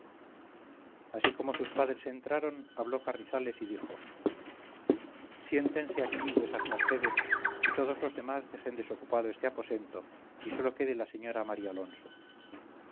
así como sus padres entraron habló carrizales y dijo siéntense aquí vuesas mercedes y todos los demás dejen desocupado este aposento y sólo quede la señora